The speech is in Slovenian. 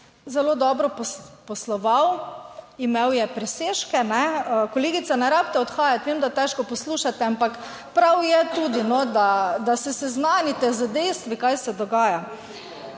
zelo dobro posloval, imel je presežke. Kolegica, ne rabite odhajati, vem, da težko poslušate, ampak prav je tudi, da se seznanite z dejstvi, kaj se dogaja.